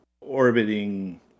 orbiting